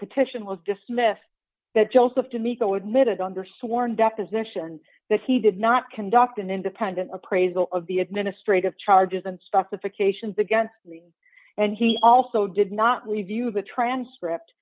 petition was dismissed that joseph de micco admitted under sworn deposition that he did not conduct an independent appraisal of the administrative charges and stuck with the cations again and he also did not review the transcript